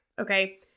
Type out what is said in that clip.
Okay